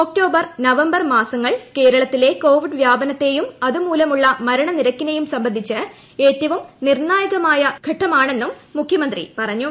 October November മാസങ്ങൾ കേരളത്തിലെ Covid വ്യാപനത്തേയും അതുമൂലമുള്ള മരണ നിരക്കിനേയും സംബന്ധിച്ച് ഏറ്റവും നിർണ്ണായകമായ ഘട്ടമാണെന്നും മുഖ്യമന്ത്രി പറഞ്ഞു